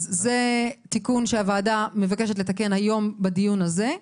זה תיקון שהוועדה מבקשת לתקן היום בדיון הזה.